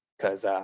Cause